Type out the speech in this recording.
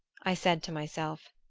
i said to myself,